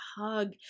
hug